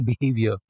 behavior